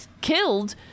killed